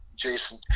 Jason